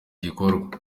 gikorwa